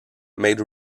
made